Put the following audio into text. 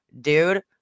dude